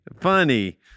Funny